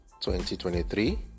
2023